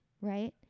right